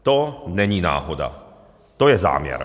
To není náhoda, to je záměr.